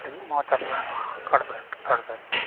ᱟᱹᱰᱤ ᱢᱚᱡᱽ ᱟᱸᱡᱚᱢᱚᱜᱼᱟ ᱠᱟᱲᱵᱷᱮᱴ ᱠᱟᱲᱵᱷᱮᱴ